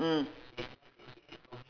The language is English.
mm